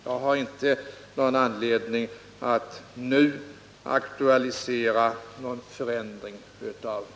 Jag har inte anledning att nu aktualisera någon förändring av det beslutet.